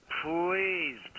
please